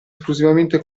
esclusivamente